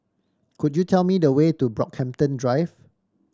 could you tell me the way to Brockhampton Drive